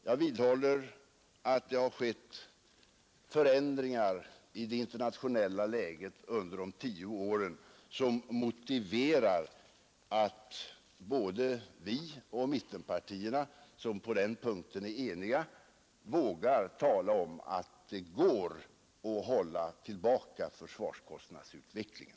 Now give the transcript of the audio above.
Jag vidhåller att det har skett förändringar i det internationella läget under de senaste tio åren som motiverar att både vi och mittenpartierna, som på den punkten är eniga, vågar tala om att det går att hålla tillbaka försvarskostnadsutvecklingen.